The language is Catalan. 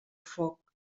foc